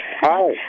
Hi